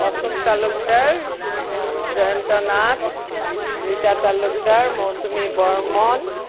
Ashok Talukdar Jayanta Nath Rita Talukdar Mousumi Barman